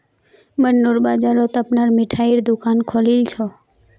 मन्नू बाजारत अपनार मिठाईर दुकान खोलील छ